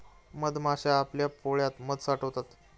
मधमाश्या आपल्या पोळ्यात मध साठवतात